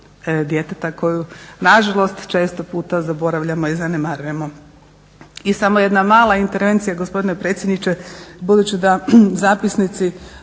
djeteta koju nažalost često puta zaboravljamo i zanemarujemo. I samo jedna mala intervencija gospodine predsjedniče, budući da zapisnici